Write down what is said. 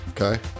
Okay